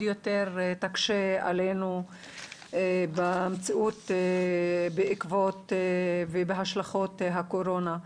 יותר תקשה עלינו במציאות בעקבות ובהשלכות הקורונה.